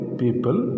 people